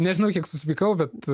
nežinau kiek susipykau bet